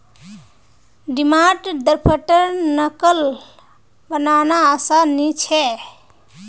demand draft नक़ल बनाना आसान नि छे